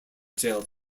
jail